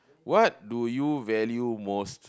what do you value most